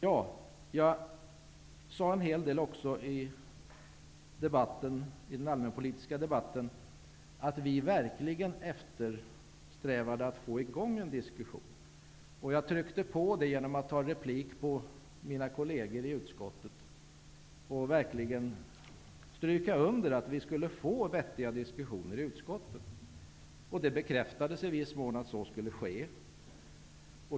Jag sade en hel del även i den allmänpolitiska debatten om att vi verkligen eftersträvade att få i gång en diskussion. Jag betonade det genom att gå upp i replik på mina kolleger i utskottet och verkligen stryka under att vi skulle få vettiga diskussioner i utskotten. Det bekräftades i viss mån att så skulle ske.